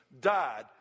died